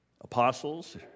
apostles